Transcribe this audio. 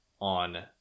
on